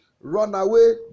runaway